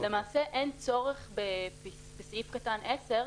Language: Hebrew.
למעשה אין צורך בסעיף קטן (10),